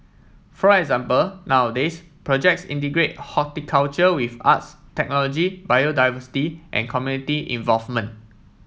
for example nowadays projects integrate horticulture with arts technology biodiversity and community involvement